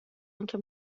آنکه